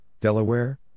Delaware